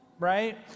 right